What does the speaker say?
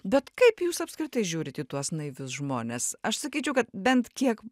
bet kaip jūs apskritai žiūrint į tuos naivius žmones aš sakyčiau kad bent kiek